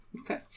Okay